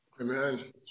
Amen